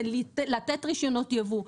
זה לתת רישיונות ייבוא,